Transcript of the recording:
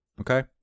okay